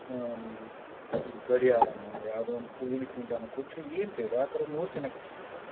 ಗಡಿಯಾರನೋ ಯಾವುದೋ ಒಂದು ಹೂವಿನ ಕುಂಡಾನೋ ಕೊಟ್ಟರೆ ಏನು ಸಿಗತ್ತೆ ಆ ಥರ ನೂರು ಜನ ಕೊಟ್ಟಿರ್ತಾರೆ